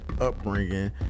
upbringing